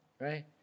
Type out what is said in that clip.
right